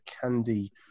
candy